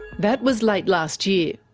that was late last year.